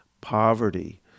poverty